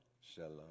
Shalom